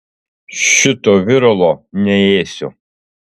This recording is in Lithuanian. šito viralo neėsiu